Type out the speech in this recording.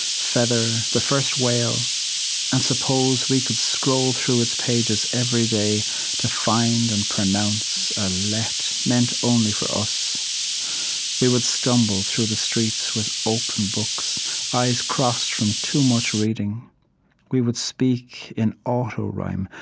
feather, the first whale and suppose we could scroll through its pages every day to find and pronounce a let meant only for us we would stumble through the streets with open books eyes crossed from too much reading we would speak in auto-rhyme,